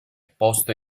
posto